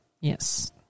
yes